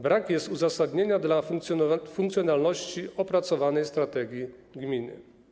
Brak jest uzasadnienia dla funkcjonalności opracowanej strategii gminy.